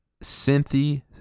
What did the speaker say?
Cynthia